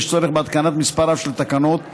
יש צורך בהתקנת מספר רב של תקנות,